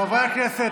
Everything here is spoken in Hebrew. חברי הכנסת,